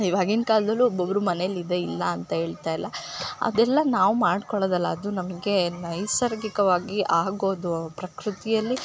ಇವಾಗಿನ ಕಾಲದಲ್ಲು ಒಬ್ರೊಬ್ರು ಮನೇಲಿ ಇದೆ ಇಲ್ಲ ಅಂತ ಹೇಳ್ತಾಯಿಲ್ಲ ಅದೆಲ್ಲ ನಾವು ಮಾಡ್ಕೊಳೋದಲ್ಲ ಅದು ನಮಗೆ ನೈಸರ್ಗಿಕವಾಗಿ ಆಗೋದು ಪ್ರಕೃತಿಯಲ್ಲಿ